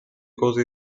cose